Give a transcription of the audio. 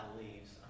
leaves